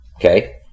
okay